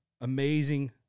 Amazing